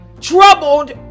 Troubled